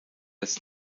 ist